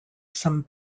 some